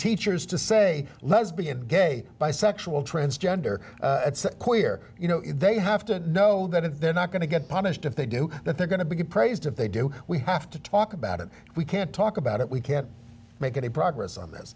teachers to say lesbian gay bisexual transgender queer you know they have to know that they're not going to get punished if they do that they're going to get praised if they do we have to talk about it we can't talk about it we can't make any progress on this